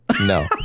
No